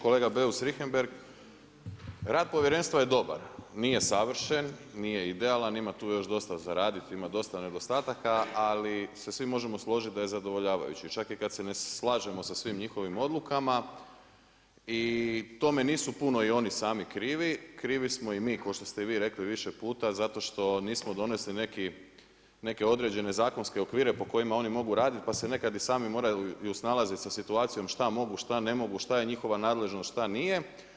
Kolega Beus Richembergh, rad povjerenstva je dobar, nije savršen, nije idealan, ima tu još dosta za raditi, ima dosta nedostataka ali se svi možemo složiti da je zadovoljavajući, čak i kad se ne slažemo sa svim njihovim odlukama i tome nisu puno i oni sami krivi, krivi smo i mi kao što ste i vi rekli više puta zato što nismo donesli neke određene zakonske okvire po kojima oni mogu raditi pa se nekad i sami moraju snalaziti sa situacijom šta mogu, šta ne mogu, šta je njihova nadležnost, šta nije.